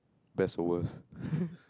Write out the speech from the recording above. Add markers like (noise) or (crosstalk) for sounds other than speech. best or worst (laughs)